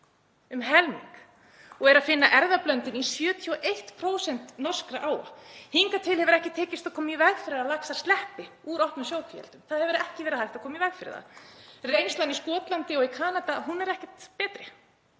um helming og er að finna erfðablöndun í 71% norskra áa. Hingað til hefur ekki tekist að koma í veg fyrir að laxar sleppi úr opnu sjókvíaeldi. Það hefur ekki verið hægt að koma í veg fyrir það. Reynslan í Skotlandi og Kanada er ekkert betri,